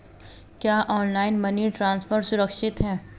क्या online money transfer सुरक्षित है?